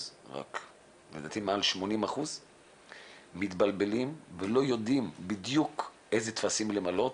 לדעתי מעל 80% מתבלבלים ולא יודעים בדיוק איזה טפסים למלא.